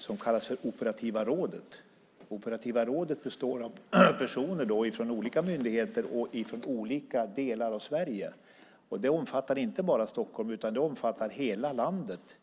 som kallas för Operativa rådet. Operativa rådet består av personer från olika myndigheter och från olika delar av Sverige. Det omfattar inte bara Stockholm, utan hela landet.